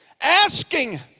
Asking